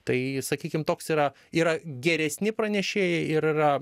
tai sakykim toks yra yra geresni pranešėjai ir yra